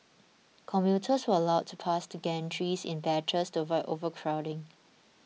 commuters were allowed past the gantries in batches to avoid overcrowding